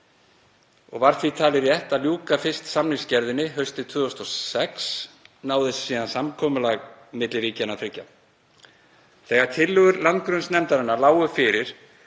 og var því talið rétt að ljúka fyrst samningagerðinni. Haustið 2006 náðist samkomulag milli ríkjanna þriggja. Þegar tillögur landgrunnsnefndarinnar lágu fyrir